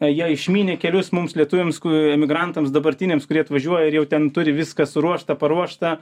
jie išmynė kelius mums lietuviams ku emigrantams dabartiniams kurie atvažiuoja ir jau ten turi viską suruošta paruošta